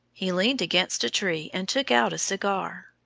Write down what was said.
he leaned against a tree and took out a cigar.